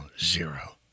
zero